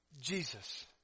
Jesus